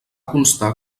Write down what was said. constar